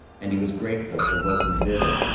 and he was grateful for wilson's visit.